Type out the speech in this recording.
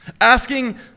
Asking